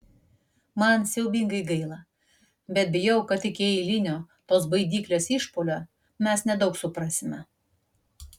man siaubingai gaila bet bijau kad iki eilinio tos baidyklės išpuolio mes nedaug suprasime